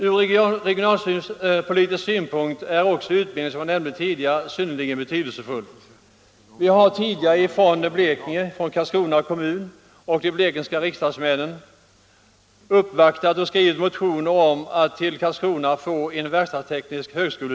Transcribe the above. Som jag tidigare nämnde är också utbildningen synnerligen betydelsefull från regionalpolitisk synpunkt. Från Karlskrona kommun har vi tidigare tillsammans med riksdagsmännen från Blekinge uppvaktat och skrivit motioner om att till Karlskrona få förlagd en verkstadsteknisk högskola.